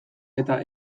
eta